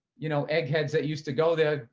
you know, eggheads that used to go there,